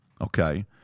okay